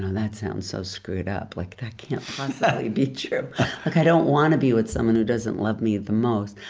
ah that sounds so screwed up, like that can't possibly be true. like i don't want to be with someone who doesn't love me the most,